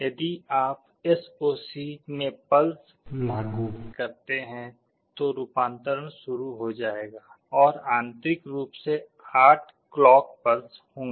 यदि आप एसओसी में पल्स लागू करते हैं तो रूपांतरण शुरू हो जाएगा और आंतरिक रूप से 8 क्लॉक पल्स होंगी